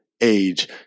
age